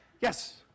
Yes